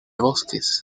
bosques